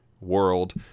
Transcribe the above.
world